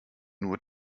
nur